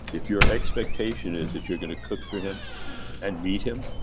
if your expectation is that you're gonna cook for him and meet him,